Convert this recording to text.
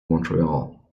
montreal